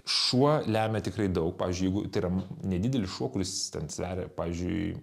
šuo lemia tikrai daug pavyzdžiui jeigu tai yra nedidelis šuo kuris ten sveria pavyzdžiui